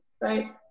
right